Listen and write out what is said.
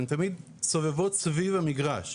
הן תמיד סובבות סביב המגרש.